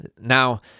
Now